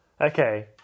Okay